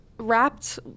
wrapped